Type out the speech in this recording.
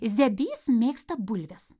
zebys mėgsta bulves